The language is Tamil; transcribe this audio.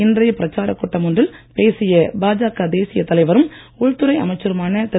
இன்றைய பிரச்சாரக் கூட்டம் ஒன்றில் பேசிய பாஜக தேசியத் தலைவரும் உள்துறை அமைச்சருமான திரு